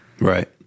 Right